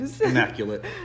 Immaculate